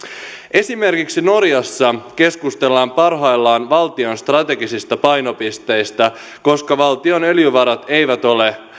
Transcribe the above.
esimerkiksi norjassa keskustellaan parhaillaan valtion strategisista painopisteistä koska valtion öljyvarat eivät ole